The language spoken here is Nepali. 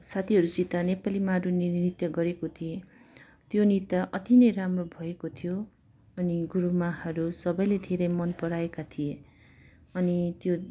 साथीहरूसित नेपाली मारुनी नृत्य गरेको थिएँ त्यो नृत्य अति नै राम्रो भएको थियो अनि गुरुमाहरू सबैले धेरै मन पराएका थिए अनि त्यो